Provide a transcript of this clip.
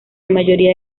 mayoría